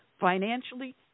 financially